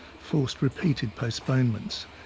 forced repeated postponements.